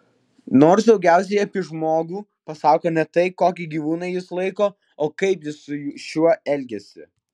nors daugiausiai apie žmogų pasako ne tai kokį gyvūną jis laiko o kaip jis su šiuo elgiasi